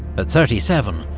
at thirty seven,